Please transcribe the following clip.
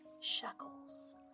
shekels